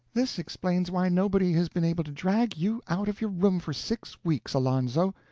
this explains why nobody has been able to drag you out of your room for six weeks, alonzo!